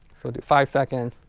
so do five seconds